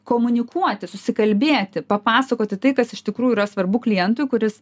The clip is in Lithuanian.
komunikuoti susikalbėti papasakoti tai kas iš tikrųjų yra svarbu klientui kuris